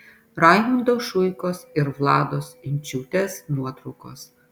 raimundo šuikos ir vlados inčiūtės nuotraukos